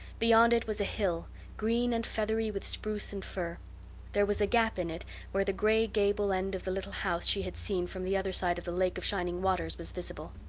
beyond it was a hill, green and feathery with spruce and fir there was a gap in it where the gray gable end of the little house she had seen from the other side of the lake of shining waters was visible.